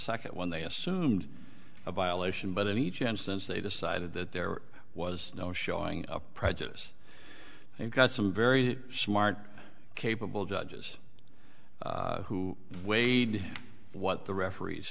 second when they assumed a violation but in each instance they decided that there was no showing a prejudice they got some very smart capable judges who weighed what the referees